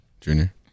Junior